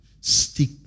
stick